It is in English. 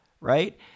right